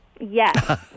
Yes